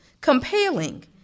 compelling